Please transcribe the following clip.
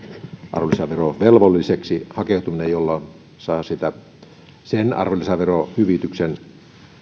arvonlisäverovelvolliseksi hakeutumisen jolloin saa arvonlisäverohyvityksen